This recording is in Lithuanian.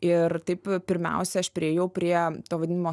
ir taip pirmiausia aš priėjau prie to vadinimo